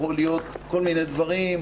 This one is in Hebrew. יכולים להיות כל מיני דברים.